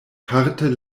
parte